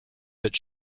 that